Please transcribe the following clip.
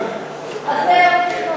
אף אחד לא,